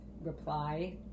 reply